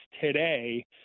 today